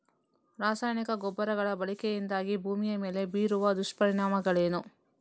ರಾಸಾಯನಿಕ ಗೊಬ್ಬರಗಳ ಬಳಕೆಯಿಂದಾಗಿ ಭೂಮಿಯ ಮೇಲೆ ಬೀರುವ ದುಷ್ಪರಿಣಾಮಗಳೇನು?